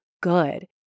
good